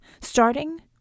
starting